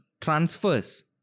transfers